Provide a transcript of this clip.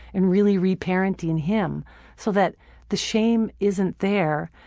and really re-parenting him so that the shame isn't there,